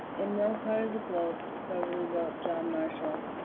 in no part of the globe, soberly wrote john marshall,